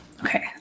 Okay